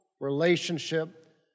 relationship